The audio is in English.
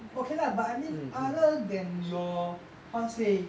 okay lah but I mean other than your how to say